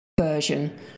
version